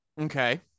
Okay